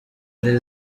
iri